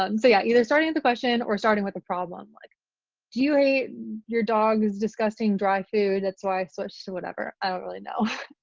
but and so yeah either starting with a question or starting with a problem like do you hate your dog's disgusting dry food? that's why i switched to whatever i don't really know.